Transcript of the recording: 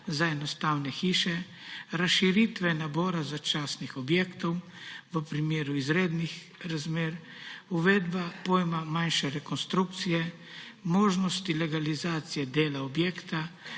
za enostavne hiše, razširitve nabora začasnih objektov v primeru izrednih razmer, uvedbe pojma manjše rekonstrukcije, možnosti legalizacije dela objekta,